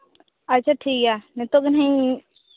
ᱟᱪᱪᱷᱟ ᱴᱷᱤᱠᱜᱮᱭᱟ ᱱᱤᱛᱳᱜ ᱜᱮ ᱱᱟᱦᱟᱜ ᱤᱧ